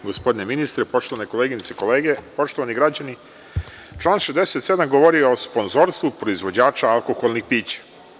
Gospodine ministre, poštovane koleginice i kolege, poštovani građani, član 67. govori o sponzorstvu proizvođača alkoholnih pića.